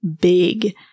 big